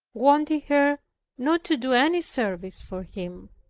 wanting her not to do any service for him.